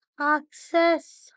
access